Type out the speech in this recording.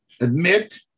admit